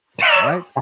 Right